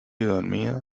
dormido